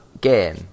game